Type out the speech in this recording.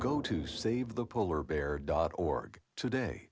go to save the polar bear dot org today